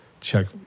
check